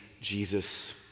Jesus